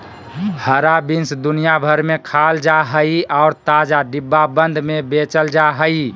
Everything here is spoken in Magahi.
हरा बीन्स दुनिया भर में खाल जा हइ और ताजा, डिब्बाबंद में बेचल जा हइ